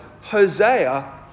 Hosea